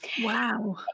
Wow